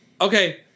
Okay